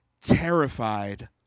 terrified